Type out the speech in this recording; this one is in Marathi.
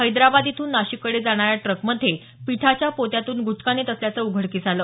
हैद्राबाद इथून नाशिक कडे जाणार्या या ट्रक मध्ये पिठाच्या पोत्यातून गुटखा नेत असल्याचं उघडकीस आलं